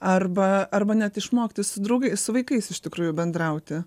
arba arba net išmokti su draugai su vaikais iš tikrųjų bendrauti